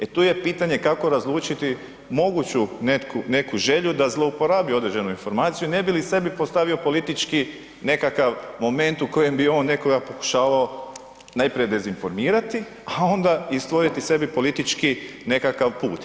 E tu je pitanje kako razlučiti moguću neku želju da zlouporabi određenu informaciju ne bi li sebi postavio politički nekakav moment u kojem bi on nekoga pokušavao najprije dezinformirati a onda i stvoriti sebi politički nekakav put.